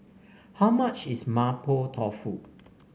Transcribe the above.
how much is Mapo Tofu